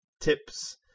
tips